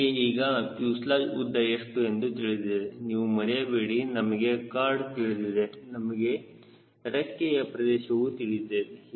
ನಮಗೆ ಈಗ ಫ್ಯೂಸೆಲಾಜ್ ಉದ್ದ ಎಷ್ಟು ಎಂದು ತಿಳಿದಿದೆ ನೀವು ಮರೆಯಬೇಡಿ ನಮಗೆ ಕಾರ್ಡ್ ತಿಳಿದಿದೆ ನಮಗೆ ರೆಕ್ಕೆಯ ಪ್ರದೇಶವು ತಿಳಿದಿದೆ